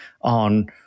on